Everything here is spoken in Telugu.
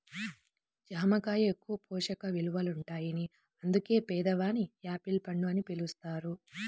జామ కాయ ఎక్కువ పోషక విలువలుంటాయని అందుకే పేదవాని యాపిల్ పండు అని పిలుస్తారు